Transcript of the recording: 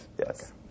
Yes